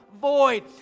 void